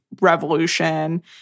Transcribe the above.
revolution